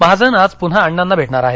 महाजन आज पून्हा अण्णांना भेटणार आहेत